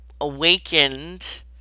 awakened